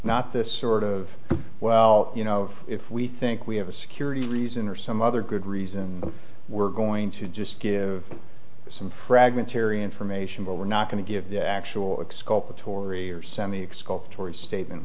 not this sort of well you know if we think we have a security reason or some other good reason we're going to just give some fragmentary information but we're not going to give the actual exculpatory or semi exculpatory statement